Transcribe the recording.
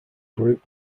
group